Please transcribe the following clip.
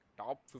Top